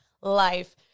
life